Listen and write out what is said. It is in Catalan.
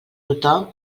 tothom